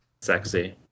Sexy